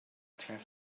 adfer